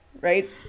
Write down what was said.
right